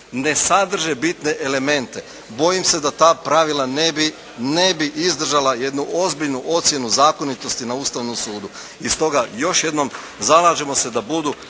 ne sadrže bitne elemente. Bojim se da ta pravila ne bi izdržala jednu ozbiljnu ocjenu zakonitosti na Ustavnom sudu. I stoga još jednom zalažemo se da bude